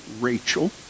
Rachel